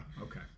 Okay